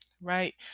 right